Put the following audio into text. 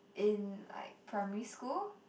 in like primary school